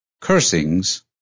cursings